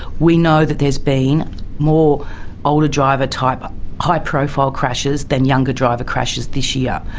we know that there's been more older driver type high profile crashes than younger driver crashes this year.